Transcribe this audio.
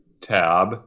tab